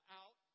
out